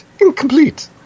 Incomplete